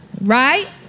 right